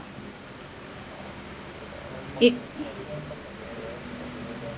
it